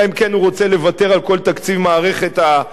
אלא אם כן הוא רוצה לוותר על כל תקציב מערכת החינוך,